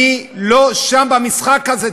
החוק הזה קיים, אני לא שם, במשחק הזה.